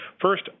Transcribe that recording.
First